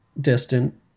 distant